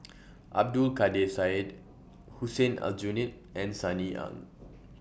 Abdul Kadir Syed Hussein Aljunied and Sunny Ang